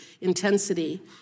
intensity